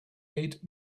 eight